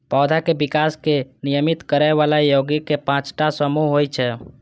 पौधाक विकास कें नियमित करै बला यौगिक के पांच टा समूह होइ छै